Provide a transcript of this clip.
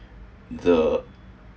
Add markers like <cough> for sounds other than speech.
<breath> the